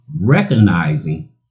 recognizing